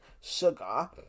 sugar